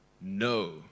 no